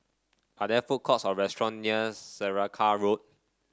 are there food courts or restaurant near Saraca Road